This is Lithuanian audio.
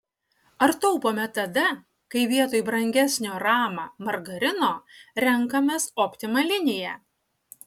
ar taupome tada kai vietoj brangesnio rama margarino renkamės optima liniją